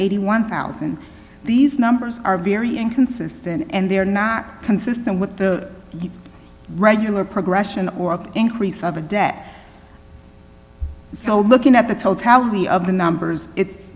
eighty one thousand these numbers are very inconsistent and they are not consistent with the regular progression or increase of a debt so looking at the totality of the numbers it's